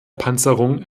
panzerung